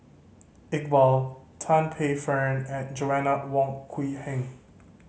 Iqbal Tan Paey Fern and Joanna Wong Quee Heng